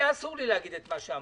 היה אסור לי להגיד את מה שאמרתי.